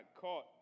caught